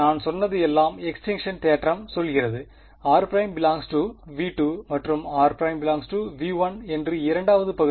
நான் சொன்னது எல்லாம் எக்ஸ்டிங்க்ஷன் தேற்றம் சொல்கிறது r′∈V2 மற்றும் r′∈V1 என்று இரண்டாவது பகுதியில்